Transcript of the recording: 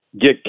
get